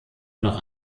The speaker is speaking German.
noch